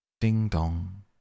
Ding-dong